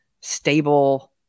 stable